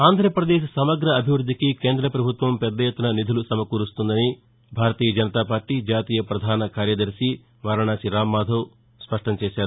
ఆంధ్రాపదేశ్ సమగ్రాభివృద్దికి కేంద్ర పభుత్వం పెద్ద ఎత్తున నిధులు సమకూరుస్తుందని భారతీయ జనతా పార్టీ జాతీయ ప్రధాన కార్యదర్శి వారణాసి రామ్ మాధవ్ స్పష్టం చేశారు